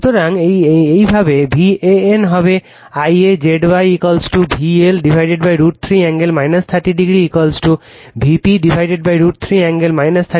সুতরাং একইভাবে VAN হবে Ia Z y VL √ 3 কোণ 30o Vp √ 3 কোণ 30o